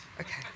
Okay